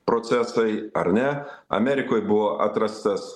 procesai ar ne amerikoj buvo atrastas